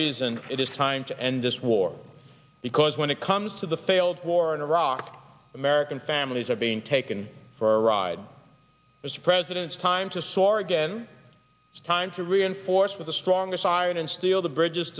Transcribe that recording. reason it is time to end this war because when it comes to the failed war in iraq american families are being taken for a ride as the president's time to soar again time to reinforce with a stronger siren and steal the bridges